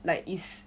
like is